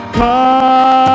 come